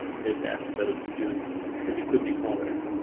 this episode too because we couldn't ignore it.